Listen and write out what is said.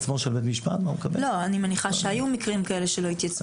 אני מניחה היו מקרים כאלה שלא התייצבו.